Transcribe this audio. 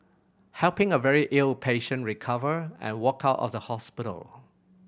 helping a very ill patient recover and walk out of the hospital